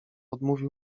odmówił